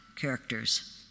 characters